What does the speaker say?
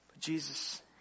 Jesus